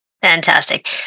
Fantastic